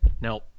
now